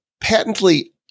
patently